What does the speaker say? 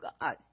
God